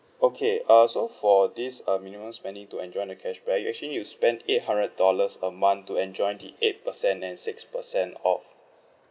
okay uh so for this uh minimum spending to enjoy the cashback you actually need to spend eight hundred dollars a month to enjoy the eight per cent and six per cent off